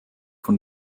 von